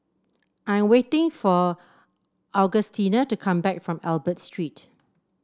I'm waiting for Augustina to come back from Albert Street